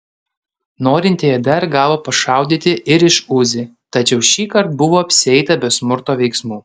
norintieji dar gavo pašaudyti ir iš uzi tačiau šįkart buvo apsieita be smurto veiksmų